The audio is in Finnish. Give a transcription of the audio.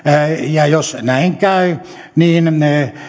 ja jos näin käy niin